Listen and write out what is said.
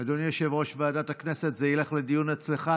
אדוני יושב-ראש ועדת הכנסת, זה ילך לדיון אצלך.